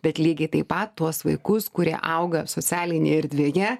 bet lygiai taip pat tuos vaikus kurie auga socialinėje erdvėje